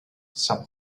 some